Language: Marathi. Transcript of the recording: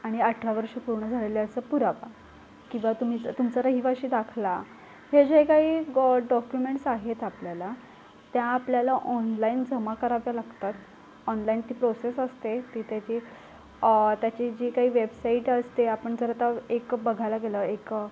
आणि अठरा वर्ष पूर्ण झालेले असं पुरावा किंवा तुम्ही तुमचं रहिवाशी दाखला हे जे काही ग डॉक्युमेंट्स आहेत आपल्याला त्या आपल्याला ऑनलाईन जमा कराव्या लागतात ऑनलाईन ती प्रोसेस असते ती त्याची त्याची जी काही वेबसाईट असते आपण जर आता एक बघायला गेलं एकं